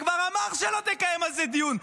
והוא כבר אמר שלא תקיים על זה דיון.